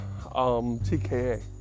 TKA